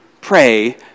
pray